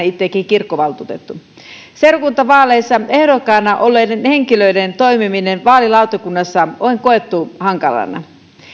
itsekin kirkkovaltuutettu seurakuntavaaleissa ehdokkaana olleiden henkilöiden toimiminen vaalilautakunnassa on koettu hankalana